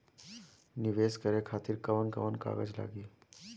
नीवेश करे खातिर कवन कवन कागज लागि?